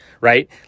right